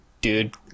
dude